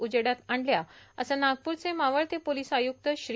उजेडात आणल्या असं नागप्रचे मावळते पोलीस आय्रक्त श्री